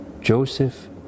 Joseph